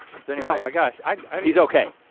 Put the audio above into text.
so anyway my gosh i mean he's okay.